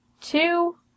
two